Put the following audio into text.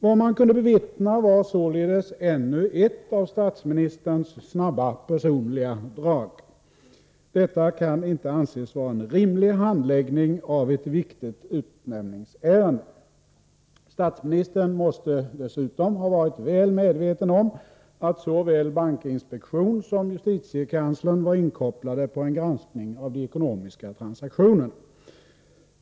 Vad man kunde bevittna var således ännu ett av statsministerns snabba, personliga drag. Detta kan inte anses vara en rimlig handläggning av ett viktigt utnämningsärende. Statsministern måste dessutom ha varit väl medveten om att såväl bankinspektionen som justitiekanslern var inkopplade på en granskning av de ekonomiska transaktionerna.